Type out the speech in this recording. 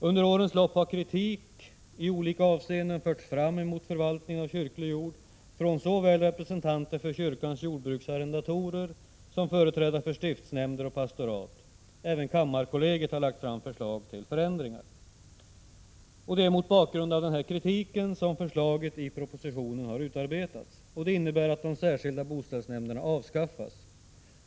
Under årens lopp har kritik i olika hänseenden förts fram mot förvaltningen av kyrklig jord från såväl representanter för kyrkans jordbruksarrendatorer som företrädare för stiftsnämnder och pastorat. Även kammarkollegiet har lagt fram förslag till förändringar. Mot bakgrund av denna kritik har förslaget i propositionen utarbetats. Det innebär att de särskilda boställsnämnderna avskaffas.